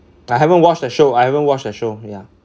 I haven't watched the show I haven't watched the show yeah